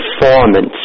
performance